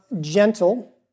Gentle